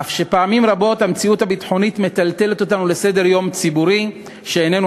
אף שפעמים רבות המציאות הביטחונית מטלטלת אותנו לסדר-יום ציבורי שאיננו